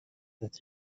that